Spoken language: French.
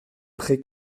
pré